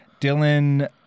Dylan